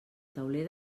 tauler